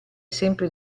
sempre